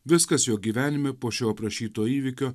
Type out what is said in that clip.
viskas jo gyvenime po šio aprašyto įvykio